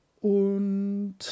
und